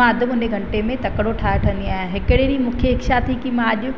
मां अधु मुने घंटे में तकिड़ो ठाहे वठंदी आहियां हिकु ॾींहुं मूंखे इछा थी की मां अॼु